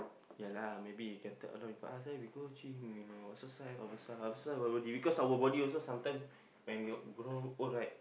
ya lah maybe you can tag along with us ah we go gym you know exercise all the stuff exercise our body you know because our body also sometime when we grow old right